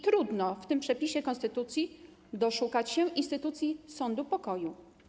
Trudno w tym przepisie konstytucji doszukać się instytucji sądu pokoju.